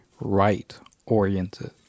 right-oriented